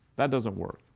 that doesn't work.